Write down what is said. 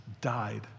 died